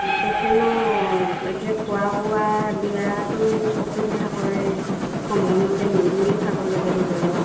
পেচেণ্টৰ এতিয়া খোৱা বোৱা দিয়াতটো অসুবিধা কৰে সময়মতে নিদিয়ে খাবলৈ মেডিকেলত